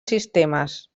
sistemes